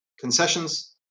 concessions